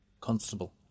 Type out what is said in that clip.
constable